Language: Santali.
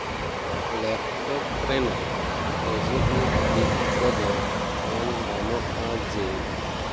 ᱞᱮᱯᱴᱚᱯ ᱨᱮᱱᱟᱜ ᱯᱚᱡᱮᱴᱤᱵᱷ ᱫᱤᱠ ᱠᱚᱫᱚ ᱢᱮᱱ ᱜᱟᱱᱚᱜᱼᱟ ᱡᱮ